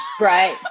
Right